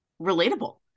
relatable